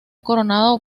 coronado